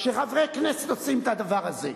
שחברי כנסת עושים את הדבר הזה.